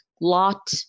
lot